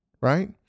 right